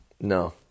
No